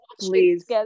please